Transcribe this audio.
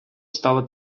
стала